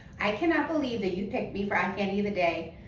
i cannot believe that you picked me for eye candy of the day.